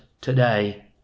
today